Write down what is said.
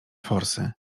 forsy